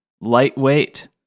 lightweight